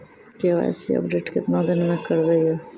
KYC update केतना दिन मे करेबे यो?